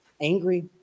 angry